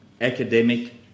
academic